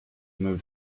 move